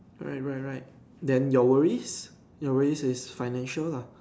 right right right then your worries your worries is financial lah